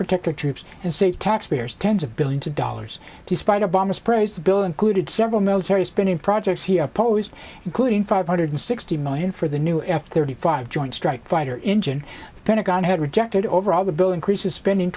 protect our troops and save taxpayers tens of billions of dollars despite obama's praise the bill included several military spending projects he opposed including five hundred sixty million for the new f thirty five joint strike fighter engine the pentagon had rejected overall the bill increases spending